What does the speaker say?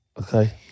Okay